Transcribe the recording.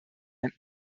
ein